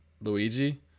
Luigi